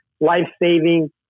life-saving